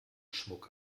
schmuck